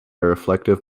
reflective